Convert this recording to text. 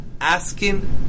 asking